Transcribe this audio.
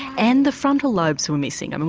and the frontal lobes were missing, and